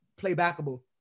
playbackable